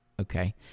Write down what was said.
Okay